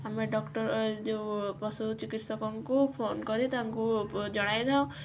ଆମେ ଡକ୍ଟର ଯେଉଁ ପଶୁ ଚିକିତ୍ସକଙ୍କୁ ଫୋନ୍ କରି ତାଙ୍କୁ ଜଣାଇଥାଉ